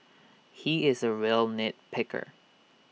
he is A real nit picker